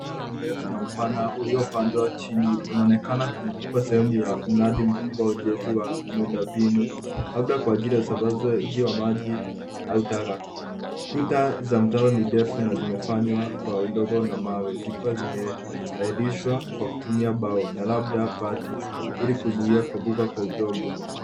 Mtaro mrefu na mpana uliopandwa chini unaonekana ku- kuwa sehemu ya mradi mkubwa wa ujenzi wa miundombinu labda kwa ajili ya usambazaji wa maji au taga. K- Kuta za mtaro ni ndefu na zimefanywa kwa udongo wa mawe kwa kutumia mbao na labda bati ili kuzuia kuanguka kwa udongo.